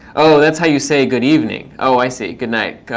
oh, that's how you say good evening. oh, i see. good night,